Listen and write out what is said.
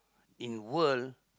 in world